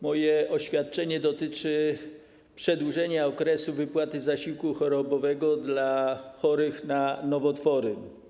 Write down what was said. Moje oświadczenie dotyczy przedłużenia okresu wypłaty zasiłku chorobowego dla chorych na nowotwory.